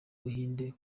buhindi